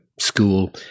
school